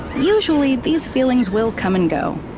usually, these feelings will come and go,